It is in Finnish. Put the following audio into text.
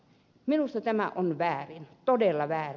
minusta tämä on väärin todella väärin